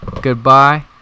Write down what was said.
Goodbye